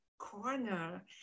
corner